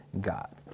God